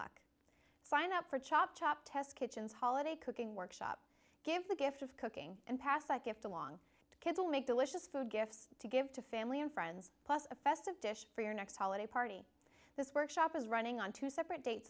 luck sign up for chop chop test kitchens holiday cooking workshop gave the gift of cooking and pass that gift along to kids will make delicious food gifts to give to family and friends plus a festive dish for your next holiday party this workshop is running on two separate dates